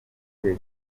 kuri